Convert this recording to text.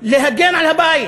להגן על הבית,